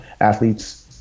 athletes